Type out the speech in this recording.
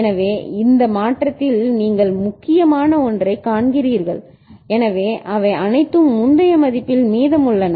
எனவே இந்த மாற்றத்தில் நீங்கள் முக்கியமான 1 ஐக் காண்கிறீர்கள் எனவே அவை அனைத்தும் முந்தைய மதிப்பில் மீதமுள்ளன